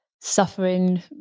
suffering